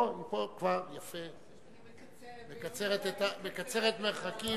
או, היא כבר, מקצרת מרחקים.